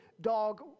dog